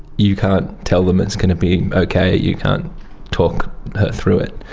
you can't tell them it's going to be okay, you can't talk her through it.